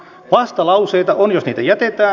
vastalauseita on jos niitä jätetään